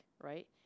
right